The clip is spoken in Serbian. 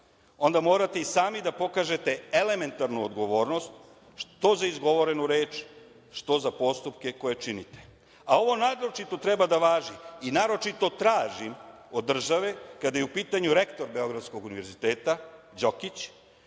onda morate i sami da pokažete elementarnu odgovornost što za izgovorenu reč, što za postupke koje činite, a ovo naročito treba da važi i naročito tražim od države kada je u pitanju rektor Beogradskog univerziteta, Đokić,